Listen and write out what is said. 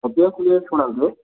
obviously ଶୁଣାନ୍ତୁ